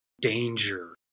danger